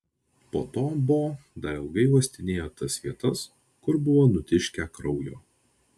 po to bo dar ilgai uostinėjo tas vietas kur buvo nutiškę kraujo